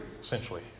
essentially